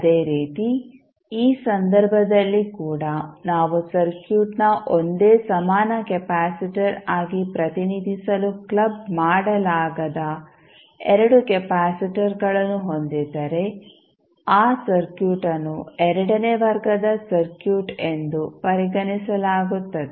ಅದೇ ರೀತಿ ಈ ಸಂದರ್ಭದಲ್ಲಿ ಕೂಡಾ ನಾವು ಸರ್ಕ್ಯೂಟ್ನ ಒಂದೇ ಸಮಾನ ಕೆಪಾಸಿಟರ್ ಆಗಿ ಪ್ರತಿನಿಧಿಸಲು ಕ್ಲಬ್ ಮಾಡಲಾಗದ 2 ಕೆಪಾಸಿಟರ್ಗಳನ್ನು ಹೊಂದಿದ್ದರೆ ಆ ಸರ್ಕ್ಯೂಟ್ ಅನ್ನು ಎರಡನೇ ವರ್ಗದ ಸರ್ಕ್ಯೂಟ್ ಎಂದು ಪರಿಗಣಿಸಲಾಗುತ್ತದೆ